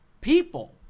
people